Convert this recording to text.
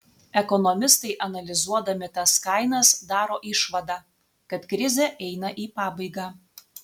ekonomistai analizuodami tas kainas daro išvadą kad krizė eina į pabaigą